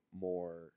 more